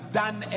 done